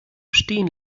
stehen